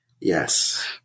Yes